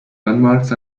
landmarks